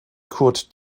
kurt